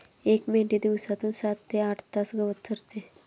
एक मेंढी दिवसातून सात ते आठ तास गवत चरते